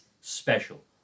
special